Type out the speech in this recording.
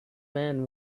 man